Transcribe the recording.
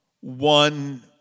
one